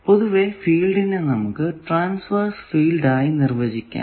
പൊതുവെ ഫീൽഡിനെ നമുക്ക് ട്രാൻസ്വേർസ് ഫീൽഡ് ആയി നിർവചിക്കാം